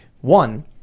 One